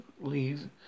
leave